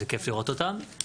זה כיף לראות אותם,